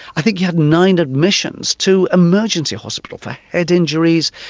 i think he had nine admissions to emergency hospital for head injuries,